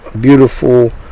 beautiful